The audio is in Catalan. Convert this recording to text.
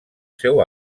seu